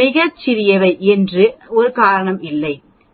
மிகச் சிறியவை மற்றும் அது சாதாரணமாக இல்லை என்றால் கவனமாக இருங்கள் டி விநியோகத்தைப் பயன்படுத்த வேண்டாம்